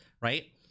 right